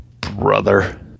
brother